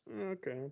okay